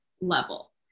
level